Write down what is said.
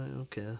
Okay